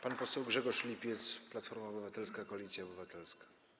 Pan poseł Grzegorz Lipiec, Platforma Obywatelska - Koalicja Obywatelska.